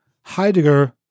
Heidegger